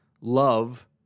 love